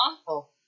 awful